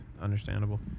Understandable